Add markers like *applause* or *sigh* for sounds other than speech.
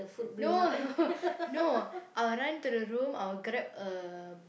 no *laughs* no I'll run to the room I'll grab a